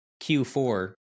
Q4